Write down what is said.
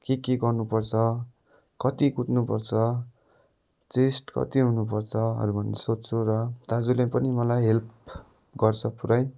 के के गर्नुपर्छ कति कुद्नुपर्छ चेस्ट कति हुनुपर्छहरू भनी सोध्छु र दाजुले पनि मलाई हेल्प गर्छ पुरै